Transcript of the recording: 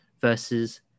versus